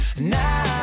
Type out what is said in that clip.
now